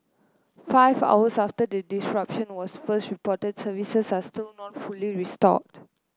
five hours after the disruption was first reported services are still not fully restored